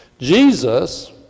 Jesus